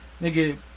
nigga